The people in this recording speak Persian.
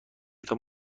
تان